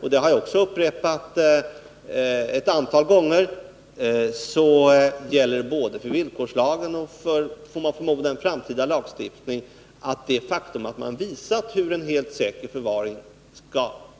Jag har också upprepat ett antal gånger att det gäller både för villkorslagen och — får man förmoda — för en framtida lagstiftning att det faktum att man har visat hur en helt säker förvaring